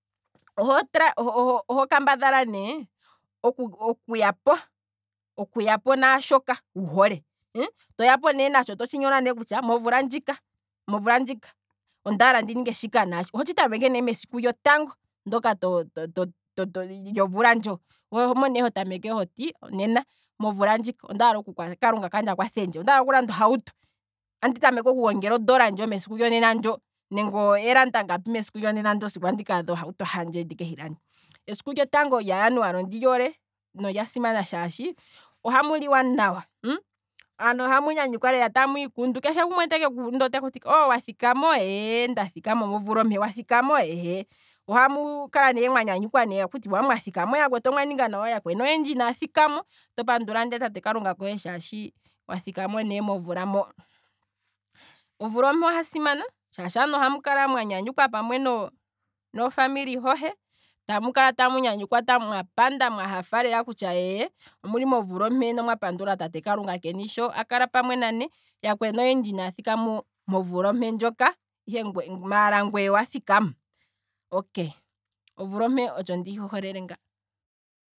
Oho try oho kambadhala ne okuyapo, okuyapo naashoka wu hole, toyapo ne natsho totshi nyola ne kutya omvula ndjika ondaala ndi ninge shika naashika, oho tshi tameke ne mesiku lyotango, toka to- to- lyomvula ndjo, omo ne hotameke hoti, nena omvula ndji ondaala kalunga kandje akwathendje ondaala okulanda ohauto, andi tameke okugongela ondola ndjo mesiku lyonena ndjo, nenge eelanda ngapi mesiku lyonena ndo sigo andika kaadha ohauto handje ndike hi lande, esiku lyotango lya januali ondili hole nolya simana shaashi ohamu liwa nawa, aantu ohamu nyanyukwa lela tamu ikundu, keshe gumwe teku kundu otati ike, ee wathikamo? Ee ndathikamo momvula ompe, ee wathikamo? Eeye, ohamu kala ne mwanyanyukwa nawa akutiwa mwathikamo. yakwetu omwaninga nawa, yakweni oyendji inaa thikamo, oto pandula ne tate kalunga wathikamo ne momvula mo. Omvula ompe oha simana shaashi aantu ohamu kala mwa nyanyukwa pamwe nofamily hohe, tamu kala tamu nyanyukwa pamwe mwa panda mwahafa lela kutya eeye omuli momvula ompe nomwa pandula tate kalunga keni sho a kala pamwe nane, yakweni oyendji iina thikamo momvula ompe ndjoka, maala ngweye owathikamo, okay, omvula ompe otsho ndiyi holele nga.